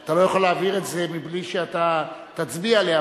אתה לא יכול להעביר את זה בלי שאתה תצביע עליה.